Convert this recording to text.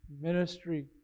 ministry